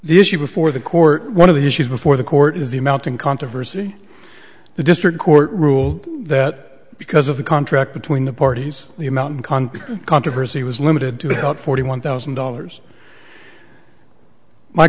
the issue before the court one of the issues before the court is the mounting controversy the district court ruled that because of the contract between the parties the amount in concrete controversy was limited to about forty one thousand dollars my